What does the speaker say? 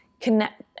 connect